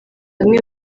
bamwe